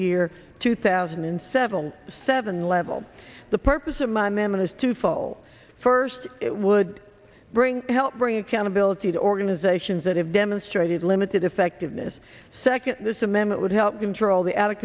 year two thousand and seven seven level the purpose of my men is to fall first it would bring help bring accountability to organizations that have demonstrated limited effectiveness second this amendment would help control the out of